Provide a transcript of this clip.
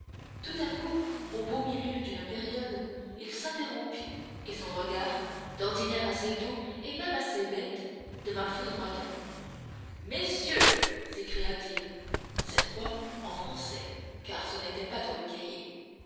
tout à coup au beau milieu d'une période il s'interrompit et son regard d'ordinaire assez doux et même assez bête devint foudroyant messieurs s'écria-t-il cette fois en français